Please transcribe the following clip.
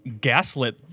gaslit